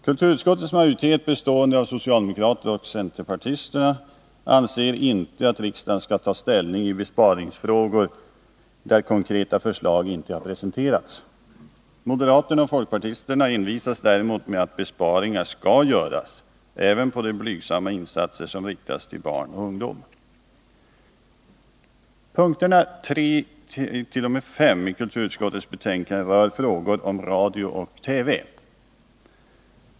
Kulturutskottets majoritet, bestående av socialdemokrater och centerpartister, anser inte att riksdagen skall ta ställning i besparingsfrågor där konkreta förslag inte presenterats. Moderaterna och folkpartisterna envisas däremot med att besparingar skall göras, även på de blygsamma insatser som riktas till barn och ungdom. Punkterna 3-5 i kulturutskottets betänkande rör frågor om radio och TV.